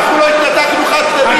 אנחנו לא התנתקנו חד-צדדית מאף שטח,